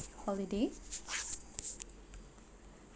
holiday